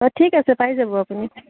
অঁ ঠিক আছে পাই যাব আপুনি